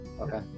Okay